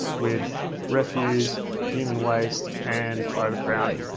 with refuse, human waste and overcrowding.